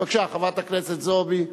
בבקשה, חברת הכנסת זועבי.